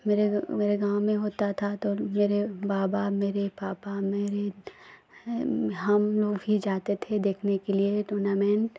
मेरा मेरा गाँव में होता था तो मेरे बाबा मेरे पापा मेरे हम भी जाते थे देखने के लिए टूर्नामेंट